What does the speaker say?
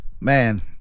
man